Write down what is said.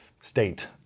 state